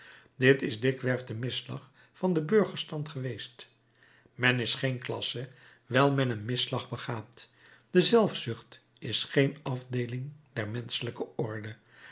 dit is dikwerf de misslag van den burgerstand geweest men is geen klasse wijl men een misslag begaat de zelfzucht is geen afdeeling der menschelijke orde